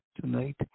tonight